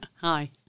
Hi